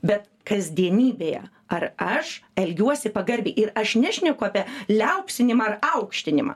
bet kasdienybėje ar aš elgiuosi pagarbiai ir aš nešneku apie liaupsinimą ar aukštinimą